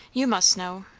you must know.